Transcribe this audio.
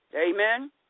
Amen